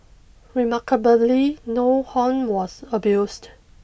remarkably no horn was abused